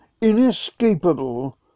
inescapable